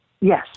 Yes